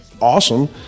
awesome